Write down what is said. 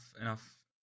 enough